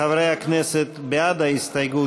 חברי הכנסת, בעד ההסתייגות